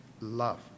love